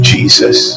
Jesus